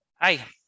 Hi